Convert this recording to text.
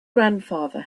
grandfather